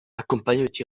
accompagnaient